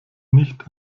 nicht